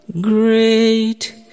Great